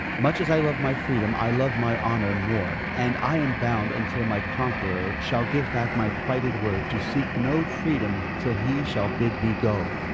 much as i love my freedom, i love my honor more and i am bound until my conqueror shall give back my plighted word, to seek no freedom till he shall bid me go.